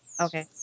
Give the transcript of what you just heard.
okay